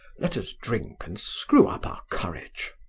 let us drink and screw up our courage.